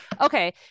okay